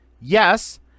Yes